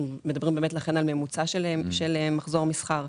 אנחנו מדברים על ממוצע של מחזור מסחר.